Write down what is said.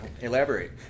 Elaborate